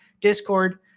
discord